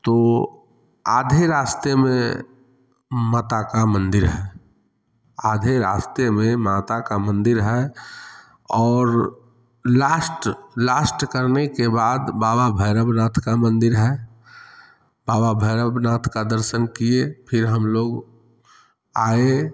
तो आधे रास्ते में माता का मन्दिर है आधे रास्ते में माता का मन्दिर है और लास्ट लास्ट करने के बाद बाबा भैरवनाथ का मन्दिर है बाबा भैरवनाथ का दर्शन किए फिर हम लोग आए